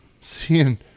Seeing